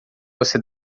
você